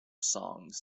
songs